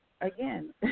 again